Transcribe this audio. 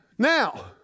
Now